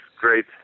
great